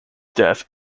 death